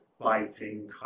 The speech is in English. biting